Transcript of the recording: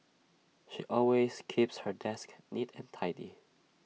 she always keeps her desk neat and tidy